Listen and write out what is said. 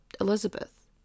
Elizabeth